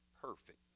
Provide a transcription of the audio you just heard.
perfect